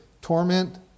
torment